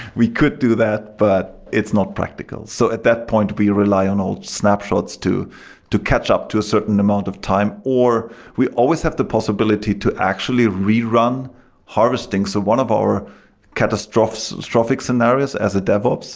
we could do that, but it's not practical. so at that point, we rely on old snapshots to to catch up to a certain amount of time, or we always have the possibility to actually rerun harvesting. so one of our catastrophic catastrophic scenarios as a devops